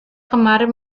kemarin